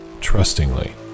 trustingly